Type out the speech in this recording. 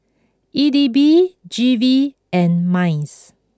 E D B G V and Minds